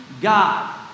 God